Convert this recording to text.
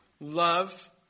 love